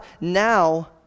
now